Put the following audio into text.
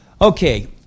Okay